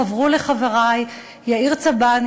חברו לחברי יאיר צבן,